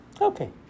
Okay